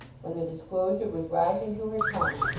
when the disclosure was rising to her tongue,